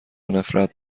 نفرت